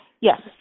Yes